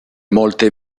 molte